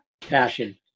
passion